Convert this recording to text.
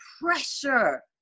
pressure